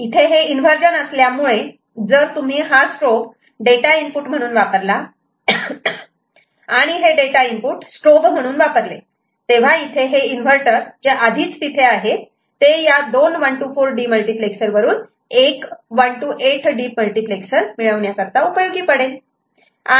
इथे हे इन्वर्जन असल्यामुळे जर तुम्ही हा स्ट्रोब डेटा इनपुट म्हणून वापरला आणि हे डेटा इनपुट स्ट्रोब म्हणून वापरले तेव्हा इथे हे इन्व्हर्टर जे आधीच तिथे आहे ते या दोन 1 to 4 डीमल्टिप्लेक्सर वरून एक 1 to 8 डीमल्टिप्लेक्सर मिळविण्या करता उपयोगी पडेल